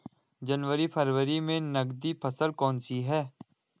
जनवरी फरवरी में नकदी फसल कौनसी है?